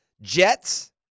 Jets